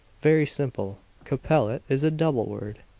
very simple. capellete is a double world!